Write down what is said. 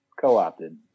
Co-opted